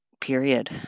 period